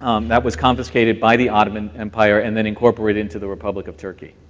that was confiscated by the ottoman empire and then incorporated into the republic of turkey.